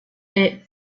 est